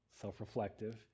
self-reflective